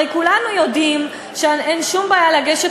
הרי כולנו יודעים שאין שום בעיה לגשת